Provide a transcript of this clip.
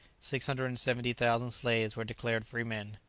six hundred and seventy thousand slaves were declared free men.